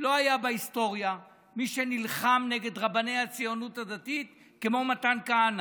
לא היה בהיסטוריה מי שנלחם נגד רבני הציונות הדתית כמו מתן כהנא.